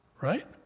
Right